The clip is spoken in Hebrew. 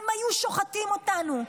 הם היו שוחטים אותנו.